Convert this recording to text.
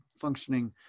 functioning